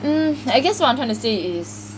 mm I guess what I'm trying to say is